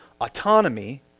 autonomy